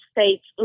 States